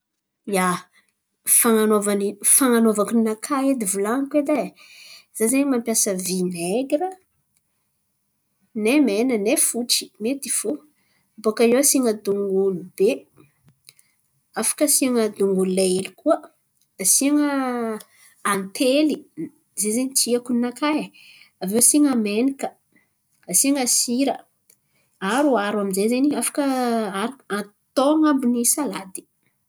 Ia, fan̈anaovany fan̈anaovako ninakà edy volan̈iko edy e, za zen̈y mampiasa vinaigira ne mena ne fotsy mety fo. Bôka io asian̈a dong'olo be. Afaka asian̈a dongolo lay hely koa, asian̈a antely. Zen̈y zen̈y tiako ninakà e. Aviô asian̈a menakà, asian̈a sira, aharoaro aminjay zen̈y afaka arak tao an̈abony salady.